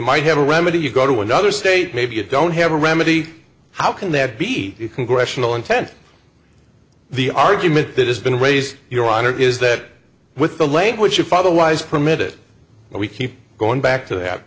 might have a remedy you go to another state maybe you don't have a remedy how can that be congressional intent the argument that has been raised your honor is that with the language your father wise permit it we keep going back to that